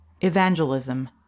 Evangelism